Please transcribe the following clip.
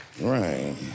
Right